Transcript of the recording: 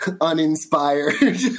uninspired